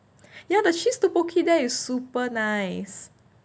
ya the cheese dakuki is super nice